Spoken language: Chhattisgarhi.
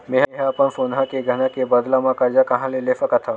मेंहा अपन सोनहा के गहना के बदला मा कर्जा कहाँ ले सकथव?